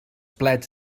plets